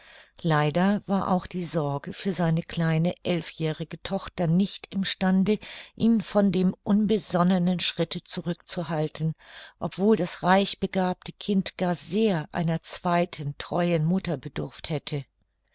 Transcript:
leider war auch die sorge für seine kleine elfjährige tochter nicht im stande ihn von dem unbesonnenen schritte zurück zu halten obwohl das reich begabte kind gar sehr einer zweiten treuen mutter bedurft hätte